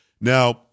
Now